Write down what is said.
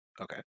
Okay